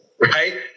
Right